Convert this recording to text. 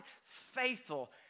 faithful